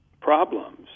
problems